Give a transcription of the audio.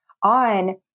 on